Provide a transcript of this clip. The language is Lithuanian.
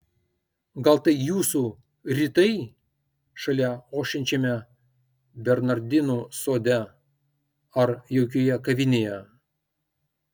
gal tai jūsų rytai šalia ošiančiame bernardinų sode ar jaukioje kavinėje